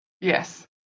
Yes